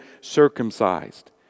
circumcised